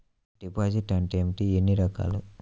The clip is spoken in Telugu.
డిపాజిట్ అంటే ఏమిటీ ఎన్ని రకాలు?